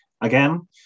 Again